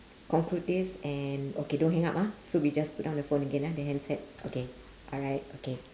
conclude this and okay don't hang up ah so we just put down the phone again ah the handset okay alright okay